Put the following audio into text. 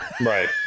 Right